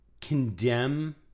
condemn